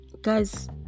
guys